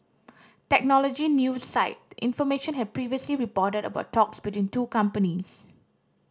technology news site The Information had previously reported about talks between two companies